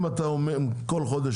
אם אתה אומר שכול חודש,